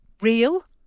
real